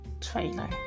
trailer